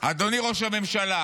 אדוני ראש הממשלה,